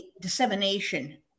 dissemination